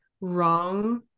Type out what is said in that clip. wrong